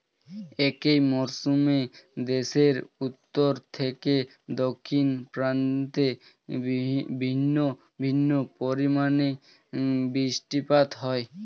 একই মরশুমে দেশের উত্তর থেকে দক্ষিণ প্রান্তে ভিন্ন ভিন্ন পরিমাণে বৃষ্টিপাত হয়